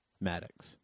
Maddox